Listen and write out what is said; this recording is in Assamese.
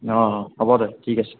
অঁ অঁ হ'ব দে ঠিক আছে